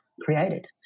created